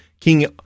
king